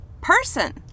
person